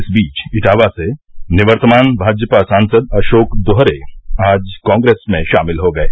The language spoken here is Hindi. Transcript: इस बीच इटावा से निवर्तमान भाजपा सांसद अशोक दोहरे आज कांग्रेस में शामिल हो गये